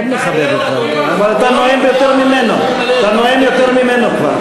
אתה נואם יותר ממנו כבר.